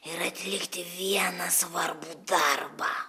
ir atlikti vieną svarbų darbą